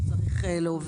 שהוא צריך להוביל.